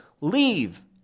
Leave